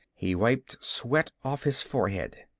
he wiped sweat off his forehead.